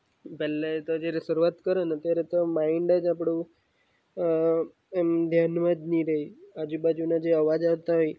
પહલે તો જ્યારે શરૂવાત કરોને ત્યારે તો માઇન્ડ જ આપણું એમ ધ્યાનમાં જ નહીં રહે આજુબાજુના જે અવાજ આવતા હોય